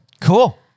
Cool